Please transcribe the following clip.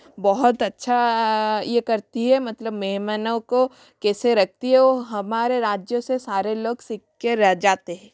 बहुत अच्छा ये करती है मतलब मेहमानों को कैसे रखती है वो हमारे राज्यों से सारे लोग सिक्के जाते हैं